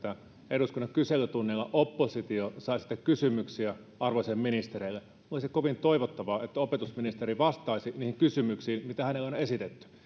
eduskunnan kyselytunnilla oppositio saa esittää kysymyksiä arvoisille ministereille olisi kovin toivottavaa että opetusministeri vastaisi niihin kysymyksiin mitä hänelle on esitetty